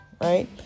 Right